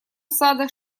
сада